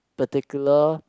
the particular